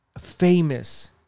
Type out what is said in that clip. famous